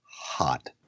Hot